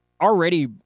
already